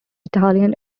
italian